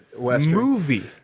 movie